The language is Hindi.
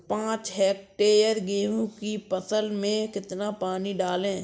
पाँच हेक्टेयर गेहूँ की फसल में कितना पानी डालें?